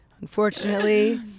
Unfortunately